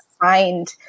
find